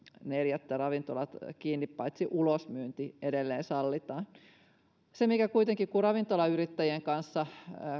neljättä ravintolat kiinni paitsi ulosmyynti edelleen sallitaan kuitenkin kun ravintolayrittäjien kanssa